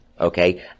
okay